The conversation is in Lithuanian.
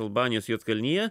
albanijos juodkalnija